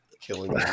killing